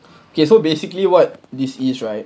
okay so basically what this is right